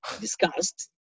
discussed